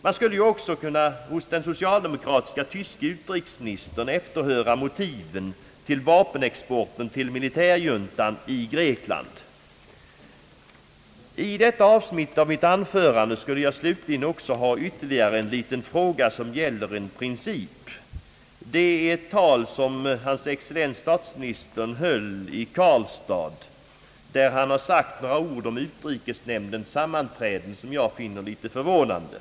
Man skulle ju också hos den socialdemokratiske tyske utrikesministern kunna efterhöra motiven för den tyska vapenexporten till militärjuntan i Grekland. I detta avsnitt av mitt anförande vill jag ställa ytterligare en fråga som gäller en princip. Det gäller ett tal som hans excellens statsministern höll i Karlstad, där han sade några ord om utrikesnämndens sammanträde, som jag finner en smula förvånande.